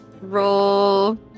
Roll